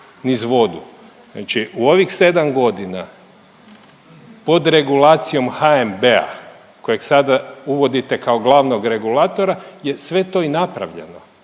u ovih sedam godina pod regulacijom HNB-a kojeg sada uvodite kao glavnog regulatora je sve to i napravljeno.